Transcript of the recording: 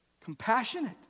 Compassionate